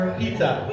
pizza